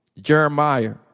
Jeremiah